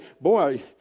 boy